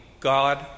God